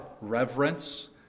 reverence